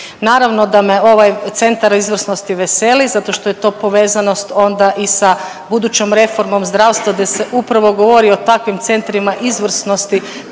Naravno da me ovaj Centar izvrsnosti veseli zato što je to povezanost onda i sa budućom reformom zdravstva, da se upravo govori o takvim centrima izvrsnosti